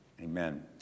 Amen